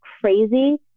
crazy